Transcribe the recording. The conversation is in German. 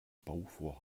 bauprojekt